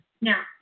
Now